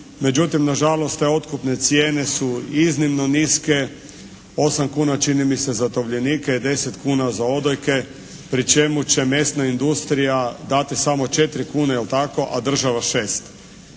Međutim nažalost, te otkupne cijene su iznimno niske. Osam kuna čini mi se za tovljenike, deset kuna za odojke, pri čemu će mesna industrija dati samo četiri kune, je